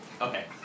Okay